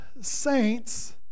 saints